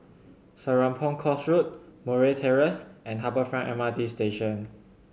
Serapong Course Road Murray Terrace and Harbour Front M R T Station